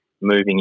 moving